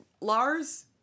Lars